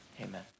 amen